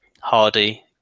hardy